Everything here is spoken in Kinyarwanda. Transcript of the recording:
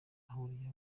ahuriye